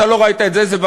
אתה לא ראית את זה,